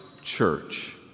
church